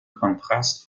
kontrast